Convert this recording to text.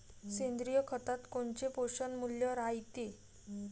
सेंद्रिय खतात कोनचे पोषनमूल्य रायते?